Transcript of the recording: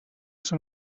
són